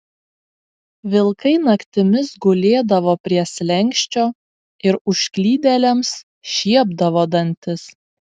vilkai naktimis gulėdavo prie slenksčio ir užklydėliams šiepdavo dantis